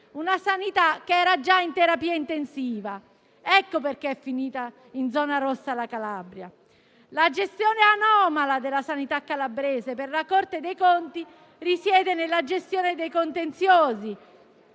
una sanità che era già in terapia intensiva. Ecco perché la Calabria è finita in zona rossa. La gestione anomala della sanità calabrese per la Corte dei conti risiede nella gestione dei contenziosi.